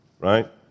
Right